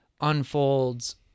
unfolds